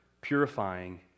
purifying